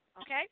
okay